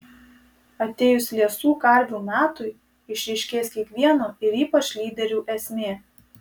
atėjus liesų karvių metui išryškės kiekvieno ir ypač lyderių esmė